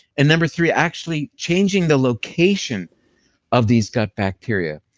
and number three, actually changing the location of these gut bacteria,